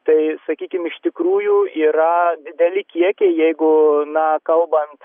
tai sakykim iš tikrųjų yra dideli kiekiai jeigu na kalbant